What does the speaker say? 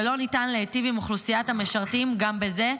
ולא ניתן להיטיב עם אוכלוסיית המשרתים גם בזה.